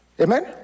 Amen